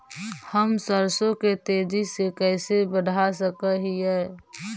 हम सरसों के तेजी से कैसे बढ़ा सक हिय?